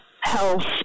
health